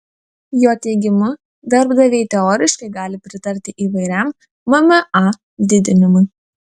jo teigimu darbdaviai teoriškai gali pritarti įvairiam mma didinimui